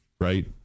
right